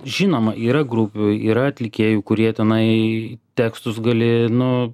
žinoma yra grupių yra atlikėjų kurie tenai tekstus gali nu